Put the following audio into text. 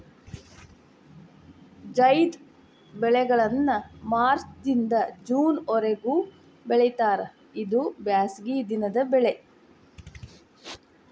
ಝೈದ್ ಬೆಳೆಗಳನ್ನಾ ಮಾರ್ಚ್ ದಿಂದ ಜೂನ್ ವರಿಗೂ ಬೆಳಿತಾರ ಇದು ಬ್ಯಾಸಗಿ ದಿನದ ಬೆಳೆ